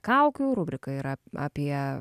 kaukių rubrika yra apie